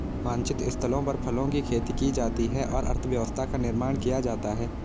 वांछित स्थलों पर फलों की खेती की जाती है और अर्थव्यवस्था का निर्माण किया जाता है